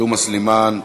תומא סלימאן?